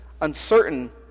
uncertain